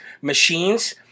machines